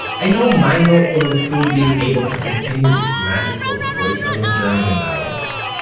i know my note will include being able to continue this magical storytelling journey of ours.